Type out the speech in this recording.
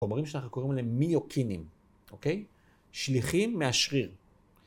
‫הומרים שאנחנו קוראים אליהם ‫מיוקינים, אוקיי? ‫שליחים מהשריר.